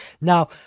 Now